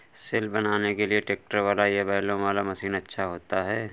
सिल बनाने के लिए ट्रैक्टर वाला या बैलों वाला मशीन अच्छा होता है?